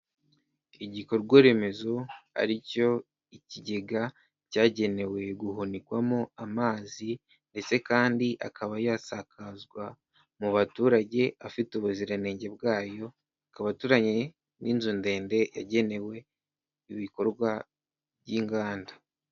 Igikorwa remezo ari cyo ikigega cyagenewe guhunikwamo amazi, ndetse kandi akaba yasakazwa mu baturage afite ubuziranenge bwayo, akaba aturanye n'inzu ndende yagenewe ibikorwa by'inganda.